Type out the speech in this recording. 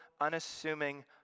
unassuming